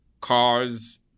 cars